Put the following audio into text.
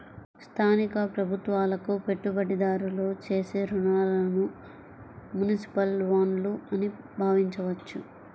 స్థానిక ప్రభుత్వాలకు పెట్టుబడిదారులు చేసే రుణాలుగా మునిసిపల్ బాండ్లు అని భావించవచ్చు